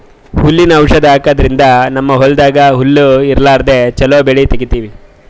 ಹುಲ್ಲಿನ್ ಔಷಧ್ ಹಾಕದ್ರಿಂದ್ ನಮ್ಮ್ ಹೊಲ್ದಾಗ್ ಹುಲ್ಲ್ ಇರ್ಲಾರ್ದೆ ಚೊಲೋ ಬೆಳಿ ತೆಗೀತೀವಿ